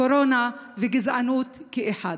קורונה וגזענות כאחד.